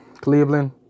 Cleveland